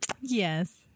yes